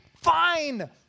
fine